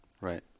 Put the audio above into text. Right